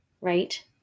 right